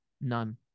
None